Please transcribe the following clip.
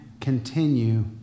continue